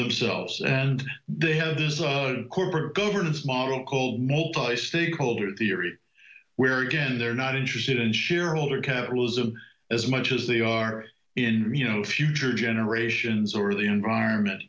themselves and they have this corporate governance model cole multi stakeholder theory where you get in they're not interested in shareholder capitals of as much as they are in you know future generations or the environment